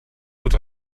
food